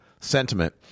sentiment